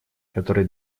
который